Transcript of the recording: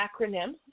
acronym